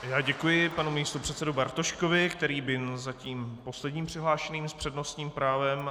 Já děkuji panu místopředsedovi Bartoškovi, který byl zatím posledním přihlášeným s přednostním právem.